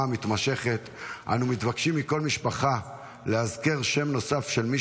המתמשכת אנו מבקשים מכל משפחה לאזכר שם נוסף של מי